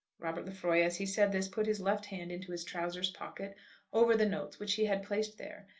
robert lefroy as he said this put his left hand into his trousers-pocket over the notes which he had placed there,